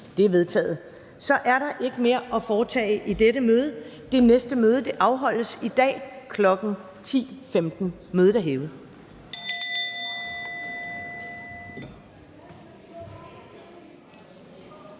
(Karen Ellemann): Så er der ikke mere at foretage i dette møde. Folketingets næste møde afholdes i dag, kl. 10.15. Mødet er hævet.